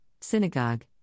Synagogue